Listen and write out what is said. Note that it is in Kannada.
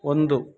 ಒಂದು